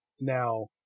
now